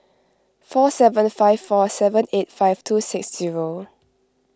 four seven five four seven eight five two six zero